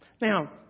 Now